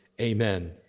Amen